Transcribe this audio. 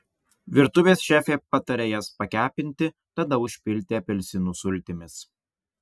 virtuvės šefė pataria jas pakepinti tada užpilti apelsinų sultimis